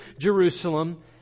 Jerusalem